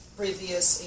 previous